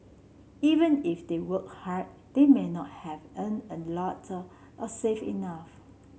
even if they worked hard they may not have earned a lot or saved enough